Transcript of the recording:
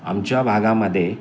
आमच्या भागामध्ये